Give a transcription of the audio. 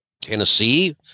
Tennessee